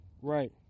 Right